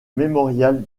mémorial